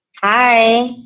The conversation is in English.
Hi